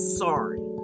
sorry